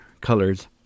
Colors